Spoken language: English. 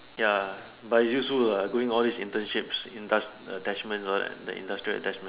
ya but its useful uh going all these internships indus~ attachment all that the industrial attachment